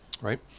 Right